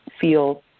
feel